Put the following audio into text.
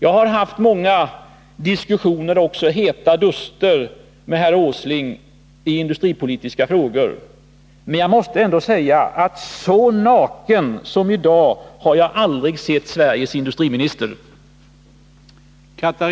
Jag har haft många diskussioner och heta duster med herr Åsling i industripolitiska frågor, men jag måste ändå säga att så naken som i dag har jag aldrig sett Sveriges industriminister.